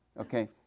okay